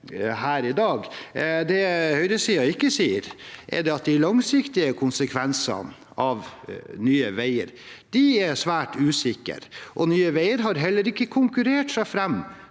Det høyresiden ikke sier, er at de langsiktige konsekvensene av Nye veier er svært usikre. Nye veier har heller ikke konkurrert seg fram